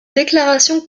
déclaration